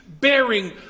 bearing